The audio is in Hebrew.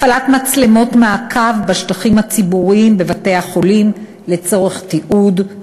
הפעלת מצלמות מעקב בשטחים הציבוריים בבתי-החולים לצורך תיעוד,